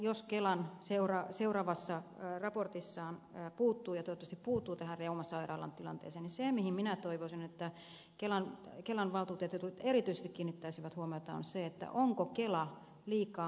jos kela seuraavassa raportissaan puuttuu ja toivottavasti puuttuu tähän reumasairaalan tilanteeseen niin toivoisin että kelan valtuutetut erityisesti kiinnittäisivät huomiota siihen onko kela liikaa medikalisoitunut